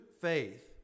faith